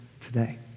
today